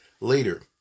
later